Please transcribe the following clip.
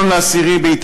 ב-1 באוקטובר,